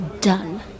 Done